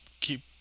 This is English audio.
keep